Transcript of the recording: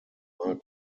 mark